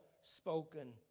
spoken